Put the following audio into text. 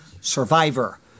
survivor